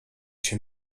się